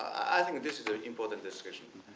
i think this is an important discussion.